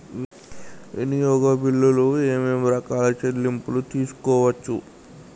వినియోగ బిల్లులు ఏమేం రకాల చెల్లింపులు తీసుకోవచ్చు?